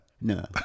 No